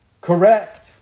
Correct